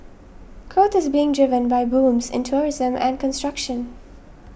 growth is being driven by booms in tourism and construction